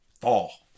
fall